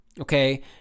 okay